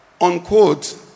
unquote